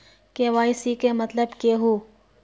KYC के मतलब केहू?